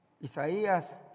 Isaías